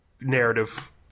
narrative